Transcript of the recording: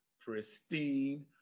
pristine